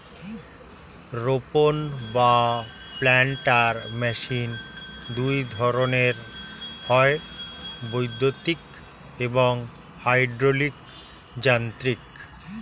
রোপক বা planter machine দুই ধরনের হয়, বৈদ্যুতিন এবং হাইড্রলিক যান্ত্রিক